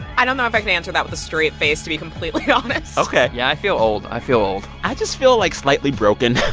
i don't know if i can answer that with a straight face, to be completely honest ok yeah, i feel old. i feel old i just feel, like, slightly broken.